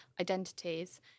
identities